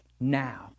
now